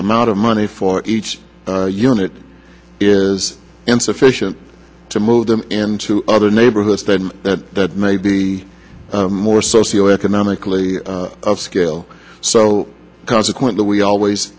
amount of money for each unit is insufficient to move them into other neighborhoods that may be more socioeconomically of skill so consequently we always